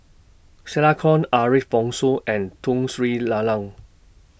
Stella Kon Ariff Bongso and Tun Sri Lalang